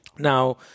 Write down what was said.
Now